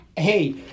Hey